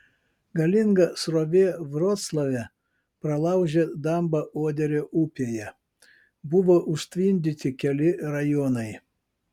galinga srovė vroclave pralaužė dambą oderio upėje buvo užtvindyti keli rajonai